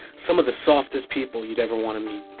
some of the softest people you'd ever want to meet.